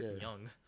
Young